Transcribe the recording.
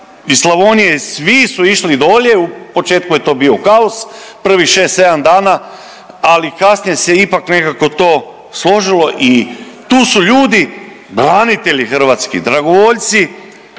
iz Slavonije, svi su išli dolje u početku je to bio kaos, prvih 6, 7 dana, ali kasnije se ipak nekako to složilo i tu su ljudi, branitelji hrvatski, dragovoljci